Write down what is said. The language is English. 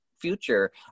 future